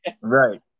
right